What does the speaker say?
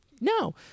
No